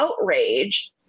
outrage